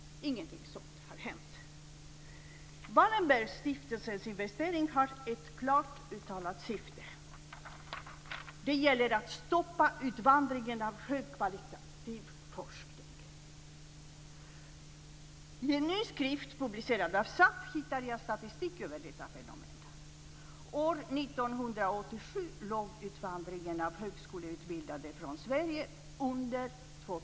Ingenting sådant har hänt. Wallenbergstiftelsens investering har ett klart uttalat syfte. Det gäller att stoppa utvandringen av högkvalitativ forskning. I en ny skrift publicerad av SAF hittar jag statistik över detta fenomen. År 1987 låg utvandringen av högskoleutbildade från Sverige under 2 000.